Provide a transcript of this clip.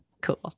Cool